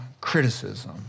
criticism